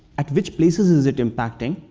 at which places it impacting?